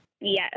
Yes